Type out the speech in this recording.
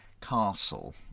Castle